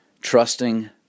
trusting